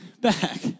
back